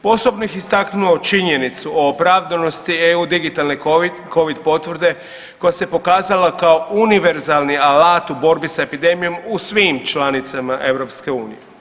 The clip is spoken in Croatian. Posebno bih istaknuo činjenicu o opravdanosti EU digitalne Covid potvrde koja se pokazala kao univerzalni alat u borbi s epidemijom u svim članicama EU.